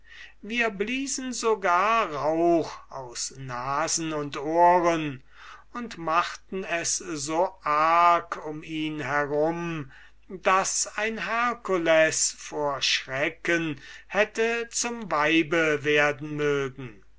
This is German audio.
wir bliesen sogar rauch aus nasen und ohren und machten es so arg um ihn herum daß ein herkules vor schrecken hätte zum weibe werden mögen